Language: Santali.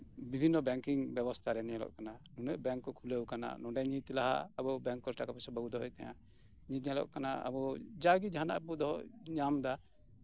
ᱵᱤᱵᱷᱤᱱᱱᱚ ᱵᱮᱝᱠᱤᱝ ᱵᱮᱵᱚᱥᱛᱟ ᱨᱮ ᱧᱮᱞᱚᱜ ᱠᱟᱱᱟ ᱩᱱᱟᱹᱜ ᱵᱮᱝᱠ ᱠᱚ ᱠᱷᱩᱞᱟᱹᱣ ᱠᱟᱱᱟ ᱱᱚᱰᱮ ᱱᱤᱛ ᱞᱟᱦᱟ ᱟᱵᱚ ᱵᱮᱝᱠ ᱠᱷᱚᱱ ᱴᱟᱠᱟ ᱯᱚᱭᱥᱟ ᱵᱟᱵᱚᱱ ᱫᱚᱦᱚᱭᱮᱫ ᱛᱟᱦᱮᱸᱜᱼᱟ ᱱᱤᱛ ᱧᱮᱞᱚᱜ ᱠᱟᱱᱟ ᱟᱵᱚ ᱡᱟᱜᱮ ᱡᱟᱦᱟᱸᱱᱟᱜ ᱵᱚ ᱫᱚᱦᱚᱭ ᱧᱟᱢ ᱫᱟ